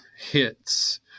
hits